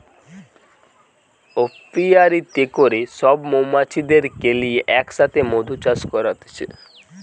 অপিয়ারীতে করে সব মৌমাছিদেরকে লিয়ে এক সাথে মধু চাষ করতিছে